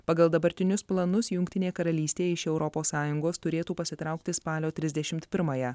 pagal dabartinius planus jungtinė karalystė iš europos sąjungos turėtų pasitraukti spalio trisdešimt pirmąją